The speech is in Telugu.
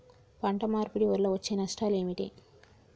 పంట మార్పిడి వల్ల వచ్చే నష్టాలు ఏమిటి?